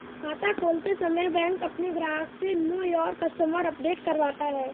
खाता खोलते समय बैंक अपने ग्राहक से नो योर कस्टमर अपडेट करवाता है